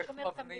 מי שומר את המידע.